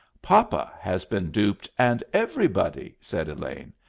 papa has been duped, and everybody, said elaine.